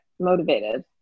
Motivated